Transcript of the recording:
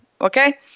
Okay